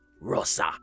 Rosa